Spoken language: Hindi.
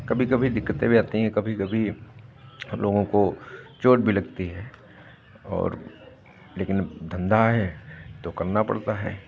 कभी कभी दिक्कतें आती है कभी कभी हम लोगों को चोट भी लगती है और लेकिन धंधा है तो करना पड़ता है